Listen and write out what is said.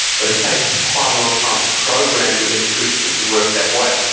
but it takes quite a long time to program your intuition to work that way